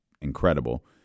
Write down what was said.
incredible